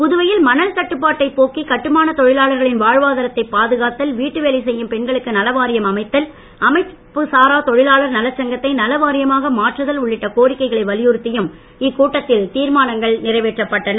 புதுவையில் மணல் தட்டுபாட்டை போக்கி கட்டுமான தொழிலாளர்களின் வாழ்வாதாரத்தை பாதுகாத்தல் வீட்டு வேலைச் செய்யும் பெண்களுக்கு நல வாரியம் அமைத்தல் அமைப்புச் சாரா தொழிலாளர் நலச்சங்கத்தை நல வாரியமாக மாற்றுதல் உள்ளிட்ட கோரிக்கைகளை வலியுறுத்தியும் இக்கூட்டத்தில் தீர்மானங்கள் நிறைவேற்றப்பட்டன